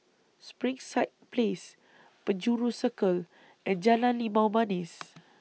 Springside Place Penjuru Circle and Jalan Limau Manis